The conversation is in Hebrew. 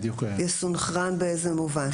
יסונכרן באיזה מובן?